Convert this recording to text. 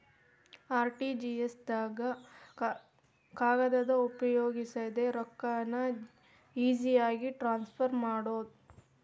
RTGS ದಾಗ ಕಾಗದ ಉಪಯೋಗಿಸದೆ ರೊಕ್ಕಾನ ಈಜಿಯಾಗಿ ಟ್ರಾನ್ಸ್ಫರ್ ಮಾಡಬೋದು